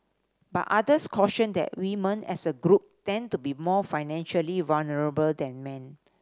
but others cautioned that women as a group tend to be more financially vulnerable than men